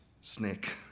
snake